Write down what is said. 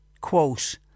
quote